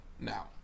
Now